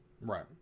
Right